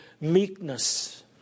meekness